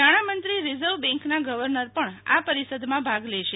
નાણામંત્રી રીઝર્વ બેન્કના ગવર્નર પણ આ પરિષદમાં ભાગ લેશે